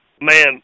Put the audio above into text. Man